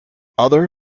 other